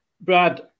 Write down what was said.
Brad